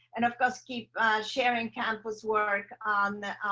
and of course keep sharing campus work on